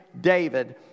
David